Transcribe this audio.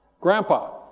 grandpa